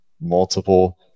multiple